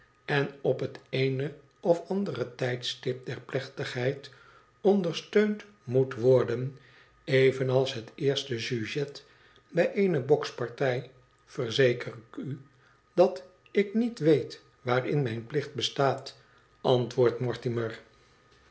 en op het eene of andere tijdstip der plechtigheid ondersteund moet worden evenals het eerste sujet bij eene bokspartij verzeker ik u dat ik niet weet waarin mijn plicht bestaat antwoordt mortimer